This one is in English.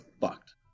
fucked